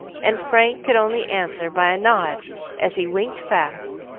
and frank could only answer by a nod as he winked fast,